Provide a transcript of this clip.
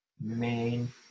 main